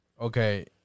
okay